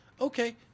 Okay